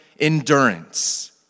endurance